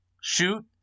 Shoot